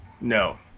No